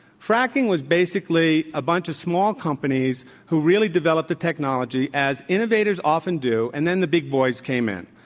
fracking was basically a bunch of small companies who really developed the technology as innovators often do and then the big boys came in.